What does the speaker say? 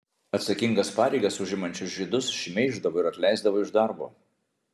atsakingas pareigas užimančius žydus šmeiždavo ir atleisdavo iš darbo